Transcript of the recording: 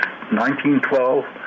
1912